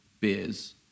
beers